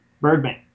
Birdman